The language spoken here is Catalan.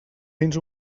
dins